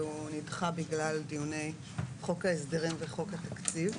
והוא נדחה בגלל דיוני חוק ההסדרים וחוק התקציב.